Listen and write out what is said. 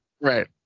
right